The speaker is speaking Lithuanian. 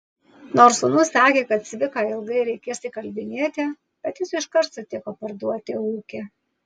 nors sūnus sakė kad cviką ilgai reikės įkalbinėti bet jis iškart sutiko parduoti ūkį